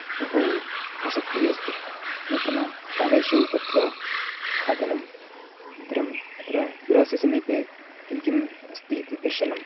बहु आसक्तिः अस्ति नूतनस्थानेषु गत्वा खादनम् अनन्तरम् अत्र गृहस्य समीपे किं किम् अस्तीति दर्शनं